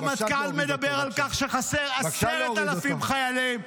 הרמטכ"ל מדבר על כך שחסרים 10,000 חיילים.